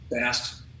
fast